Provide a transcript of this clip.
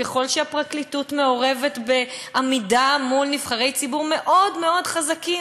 ככל שהפרקליטות מעורבת בעמידה מול נבחרי ציבור מאוד מאוד חזקים.